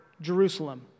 Jerusalem